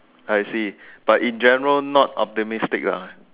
I see but in general not optimistic lah